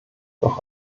doch